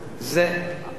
הוא לא מזגזג,